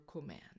command